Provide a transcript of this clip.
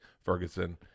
Ferguson